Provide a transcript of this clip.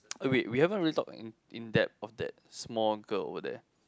wait we haven't really talked in in depth of that the small girl over there